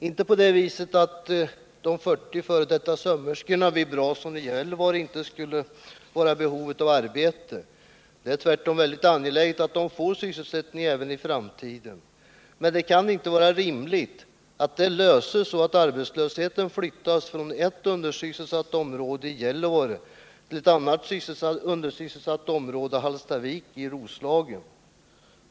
Jag menar då inte att de 40 f. d. sömmerskorna vid Brasons i Gällivare inte skulle vara i behov av arbete — det är tvärtom väldigt angeläget att de får sysselsättning även i framtiden — men det kan inte vara rimligt att arbetslösheten flyttas från ett undersysselsatt område, Gällivare, till ett annat-undersysselsatt område, Hallstavik i Roslagen.